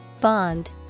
Bond